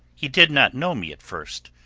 he did not know me at first,